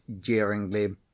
jeeringly